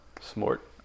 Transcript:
Smart